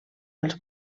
els